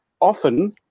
often